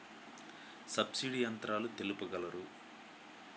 Subsidy యంత్రాలు తెలుపగలరు?